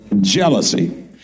jealousy